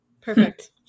Perfect